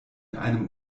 einem